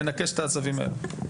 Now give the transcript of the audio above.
ננקש את העשבים האלו.